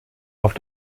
auf